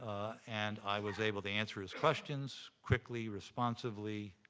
and i was able to answer his questions quickly, responsively.